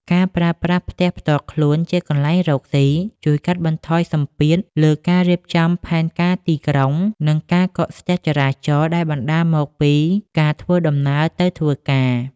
ការប្រើប្រាស់ផ្ទះផ្ទាល់ខ្លួនជាកន្លែងរកស៊ី ជួយកាត់បន្ថយសម្ពាធលើការរៀបចំផែនការទីក្រុង និងការកកស្ទះចរាចរណ៍ដែលបណ្ដាលមកពីការធ្វើដំណើរទៅធ្វើការ។